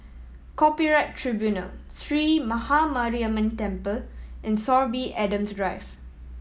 Copyright Tribunal Sree Maha Mariamman Temple and Sorby Adams Drive